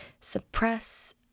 suppress